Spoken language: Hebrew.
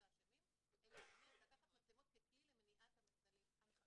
האשמים אלא באמת לקחת מצלמות ככלי למניעת המחדלים.